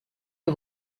est